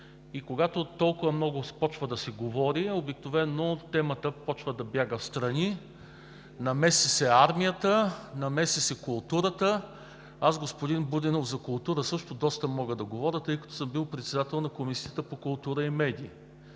и когато толкова много започва да се говори, обикновено темата почва да бяга встрани, намеси се армията, намеси се културата. Аз също, господин Будинов, за култура доста мога да говоря, тъй като съм бил председател на Комисията по културата и